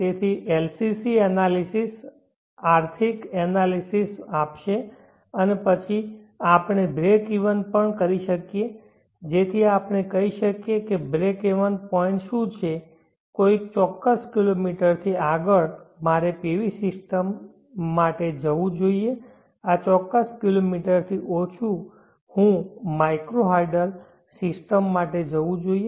તેથી LCC analysis આર્થિક analysis આપશે અને પછી આપણે બ્રેક ઇવન પણ કરી શકીએ જેથી આપણે કહી શકીએ કે બ્રેકવેન પોઇન્ટ શું છે કોઈ ચોક્કસ કિલોમીટરથી આગળ મારે PV સિસ્ટમ માટે જવું જોઈએ આ ચોક્કસ કિલોમીટરથી ઓછું હું માઇક્રો હાઇડલ સિસ્ટમ માટે જવું જોઈએ